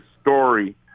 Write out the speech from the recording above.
story